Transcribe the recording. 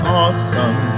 awesome